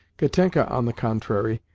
katenka, on the contrary,